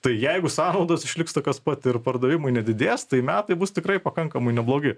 tai jeigu sąnaudos išliks tokios pat ir pardavimai nedidės tai metai bus tikrai pakankamai neblogi